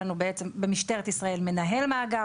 במשטרת ישראל יהיה לנו מנהל מאגר,